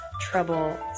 trouble